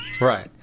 Right